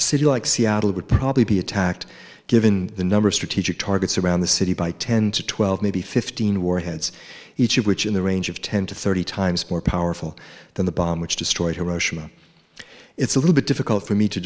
city like seattle would probably be attacked given the number of strategic targets around the city by ten to twelve maybe fifteen warheads each of which in the range of ten to thirty times more powerful than the bomb which destroyed hiroshima it's a little bit difficult for me to